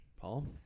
Paul